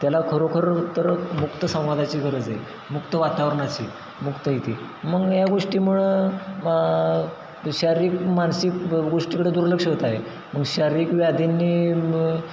त्याला खरोखर तर मुक्त संवादाची गरज आहे मुक्त वातावरणाची मुक्त येथे मग या गोष्टीमुळं शारीरिक मानसिक गोष्टीकडं दुर्लक्ष होत आहे मग शारीरिक व्याधींनी मग